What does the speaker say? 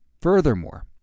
Furthermore